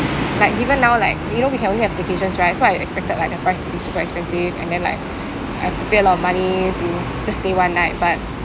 like given now like you know we can only have staycations right so I expected like the price to be super expensive and then like I have to pay a lot of money to just stay one night but